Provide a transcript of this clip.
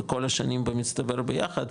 בכל השנים במצטבר ביחד,